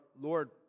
Lord